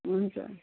हुन्छ